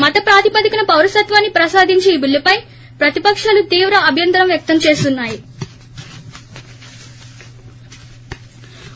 మత ప్రాతిపదికన పౌరసత్వాన్ని ప్రసాదించే ఈ బిల్లుపై ప్రతిపకాలు తీవ్ర అభ్యంతరం వ్యక్తం చేస్తున్నా యి